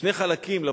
שני חלקים לפסוק.